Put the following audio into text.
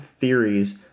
theories